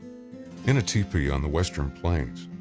in a teepee on the western plains,